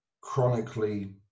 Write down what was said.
chronically